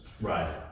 Right